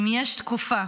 אם יש תקופה